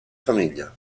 famiglia